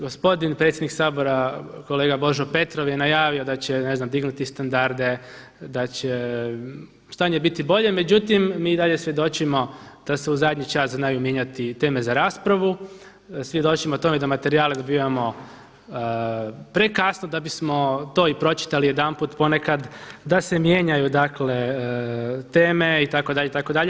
Gospodin predsjednik Sabora kolega Božo Petrov je najavio da će ne znam dignuti standarde, da će stanje biti bolje međutim mi i dalje svjedočimo da se u zadnji čas znaju mijenjati teme za raspravu, svjedočimo tome da materijale dobivamo prekasno da bismo to i pročitali jedanput, ponekad da se mijenjaju dakle teme itd. itd.